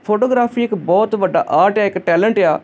photography ਇੱਕ ਬਹੁਤ ਵੱਡਾ ਆਰਟ ਆ ਇੱਕ ਟੈਲੈਂਟ ਆ